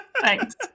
Thanks